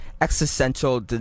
existential